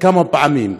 כמה פעמים.